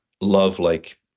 love-like